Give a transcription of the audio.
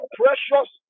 precious